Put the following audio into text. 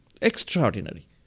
Extraordinary